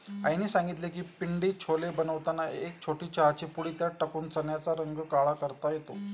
आईने सांगितले की पिंडी छोले बनवताना एक छोटी चहाची पुडी त्यात टाकून चण्याचा रंग काळा करता येतो